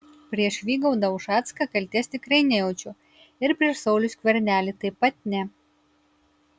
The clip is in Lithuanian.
prieš vygaudą ušacką kaltės tikrai nejaučiu ir prieš saulių skvernelį taip pat ne